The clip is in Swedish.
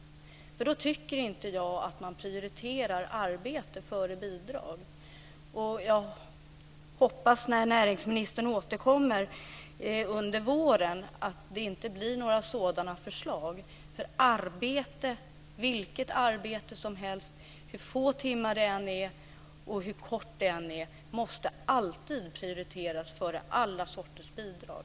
Då tycker inte jag att man prioriterar arbete före bidrag. Jag hoppas, när näringsministern återkommer under våren, att det inte blir några sådana förslag. Arbete, vilket arbete som helst, hur få timmar det än är och hur kortvarigt det än är, måste alltid prioriteras före alla sorters bidrag.